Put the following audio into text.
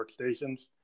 workstations